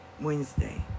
Wednesday